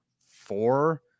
four